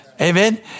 Amen